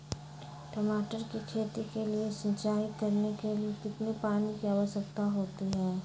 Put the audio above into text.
टमाटर की खेती के लिए सिंचाई करने के लिए कितने पानी की आवश्यकता होती है?